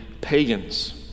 pagans